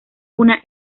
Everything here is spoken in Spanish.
una